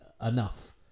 enough